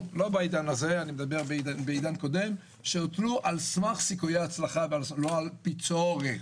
אני מדבר בעידן קודם שהוטלו על סמך סיכויי הצלחה ולא על פי צורך.